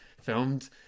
filmed